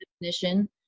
definition